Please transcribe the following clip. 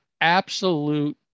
absolute